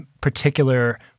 particular